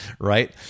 right